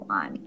on